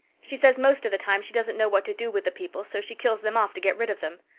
she says most of the time she doesn't know what to do with the people so she kills them off to get rid of them.